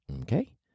okay